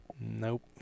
nope